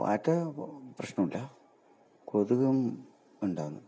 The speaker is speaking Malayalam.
പാറ്റാ പ്രശ്നമില്ല കൊതുകും ഉണ്ടാന്ന് കുറച്ച്